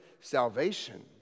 salvation